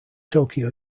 tokyo